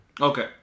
Okay